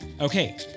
Okay